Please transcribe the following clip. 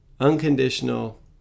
unconditional